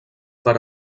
per